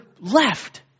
left